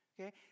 Okay